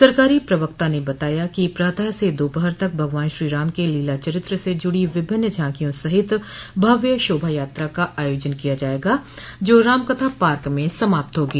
सरकारी प्रवक्ता ने बताया कि प्रातः से दोपहर तक भगवान श्री राम के लीला चरित्र से जुड़ी विभिन्न झांकियों सहित भव्य शोभा यात्रा का आयोजन किया जायेगा जो रामकथा पार्क में समाप्त होगी